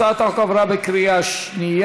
הצעת החוק עברה בקריאה שנייה.